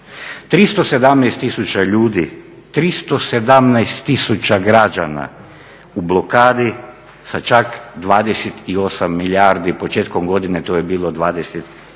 317 tisuća ljudi, građana u blokadi sa čak 28 milijardi. Početkom godine to je bilo 24 milijarde.